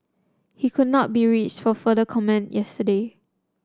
he could not be reached for further comment yesterday